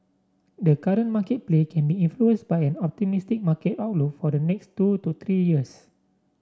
the current market play can be influenced by an optimistic market outlook for the next two to three years